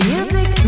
Music